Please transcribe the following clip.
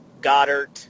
Goddard